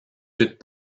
huit